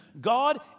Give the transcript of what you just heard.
God